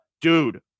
dude